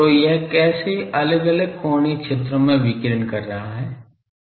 तो यह कैसे अलग अलग कोणीय क्षेत्रों में विकिरण कर रहा है